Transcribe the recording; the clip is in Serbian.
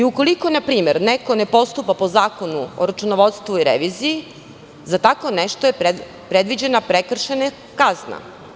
Ukoliko npr. neko ne postupa po Zakonu o računovodstvu i reviziji, za tako nešto je predviđena prekršajna kazna.